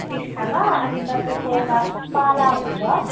टिस्टामा अनि तपाईँको यता पाला हुन्छ